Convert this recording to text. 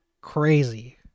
crazy